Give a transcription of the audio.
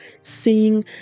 seeing